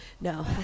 No